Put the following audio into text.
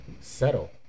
settle